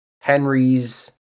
Henry's